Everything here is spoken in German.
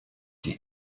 die